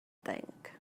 think